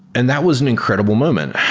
and that was an incredible moment,